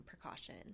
precaution